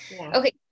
Okay